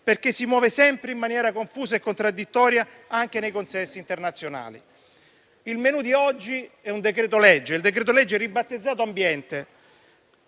e si muove sempre in maniera confusa e contraddittoria anche nei consessi internazionali. Il *menu* di oggi è un decreto-legge, ribattezzato «ambiente»,